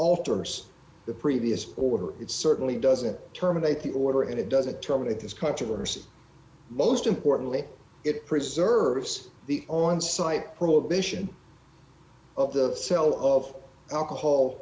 alters the previous order it certainly doesn't terminate the order and it doesn't terminate this controversy most importantly it preserves the on site prohibition of the cell of alcohol